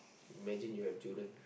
imagine you have children